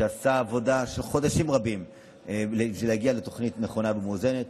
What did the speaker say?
שעשה עבודה של חודשים רבים בשביל להגיע לתוכנית נכונה ומאוזנת.